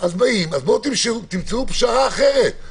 באים תמצאו פשרה אחרת,